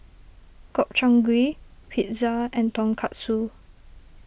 Gobchang Gui Pizza and Tonkatsu